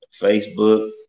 Facebook